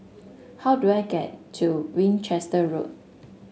how do I get to Winchester Road